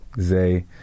Zay